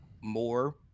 more